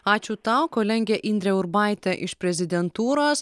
ačiū tau kolegė indrė urbaitė iš prezidentūros